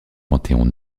panthéon